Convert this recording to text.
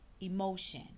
emotion